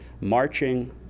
marching